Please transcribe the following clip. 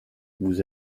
vous